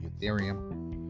Ethereum